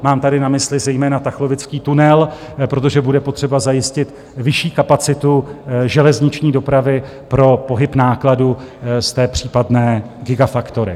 Mám tady na mysli zejména tachlovický tunel, protože bude potřeba zajistit vyšší kapacitu železniční dopravy pro pohyb nákladu z té případné gigafactory.